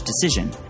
decision